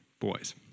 boys